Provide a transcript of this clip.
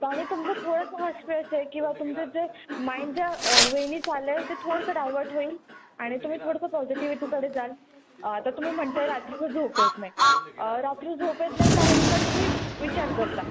तर आम्ही तुमचं थोडंसं आहे किंवा तुमचं जे माइंड ज्या वेनी चाललंय ते थोडंसं डायवर्ट होईल आणि तुम्ही थोडंसं पॉझिटिव्हिटीकडे जाल तर तुम्ही म्हणताय रात्री झोप येत नाही रात्री झोप येत नाही कारण का तुम्ही विचार करता